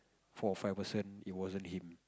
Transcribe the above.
four or five person it wasn't him